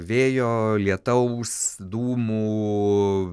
vėjo lietaus dūmų